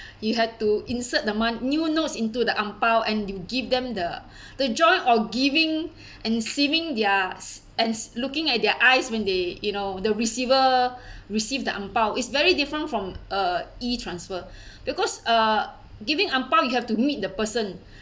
you had to insert the mon~ new notes into the ang pow and you give them the the joy of giving and receiving their as looking at their eyes when they you know the receiver received the ang pow is very different from a e-transfer because uh giving ang pow you have to meet the person